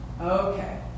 Okay